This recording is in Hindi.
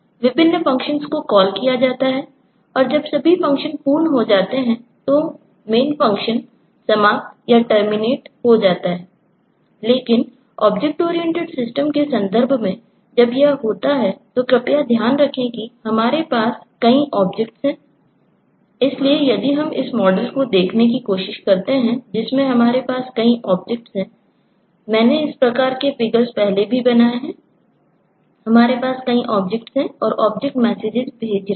विभिन्न functions को call किया जाता है और जब सभी functions पूर्ण हो जाते है तो main फंक्शन समाप्त टर्मिनेट भी भेज रहे हैं